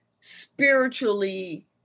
spiritually